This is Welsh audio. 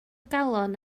galon